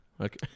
Okay